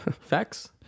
Facts